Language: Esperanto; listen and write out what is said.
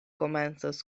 komencos